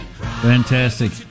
Fantastic